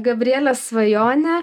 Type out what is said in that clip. gabrielės svajonė